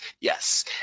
yes